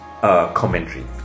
Commentary